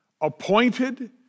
appointed